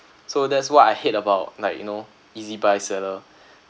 so that's what I hate about like you know ezbuy seller